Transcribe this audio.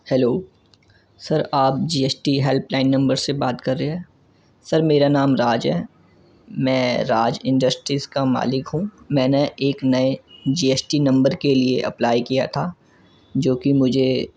hello sir آپ G S T help line number سے بات کر رہے ہیں سر میرا نام راج ہے میں راج انڈسٹریز کا مالک ہوں میں نے ایک نئے جی ایس ٹی نمبر کے لیے اپلائی کیا تھا جو کہ مجھے